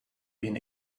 been